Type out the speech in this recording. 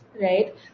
right